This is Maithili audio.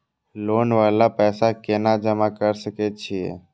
लोन वाला पैसा केना जमा कर सके छीये?